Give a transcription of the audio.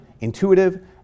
intuitive